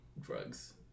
drugs